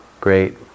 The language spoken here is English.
great